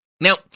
Now